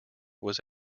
was